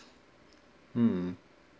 mm